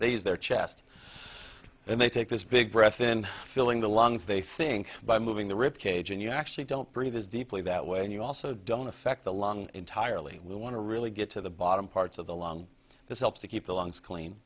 they use their chest and they take this big breath in filling the lungs they think by moving the rip cage and you actually don't breathe as deeply that way and you also don't affect the lung entirely we want to really get to the bottom parts of the lung this helps to keep the lungs clean